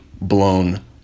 blown